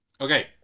Okay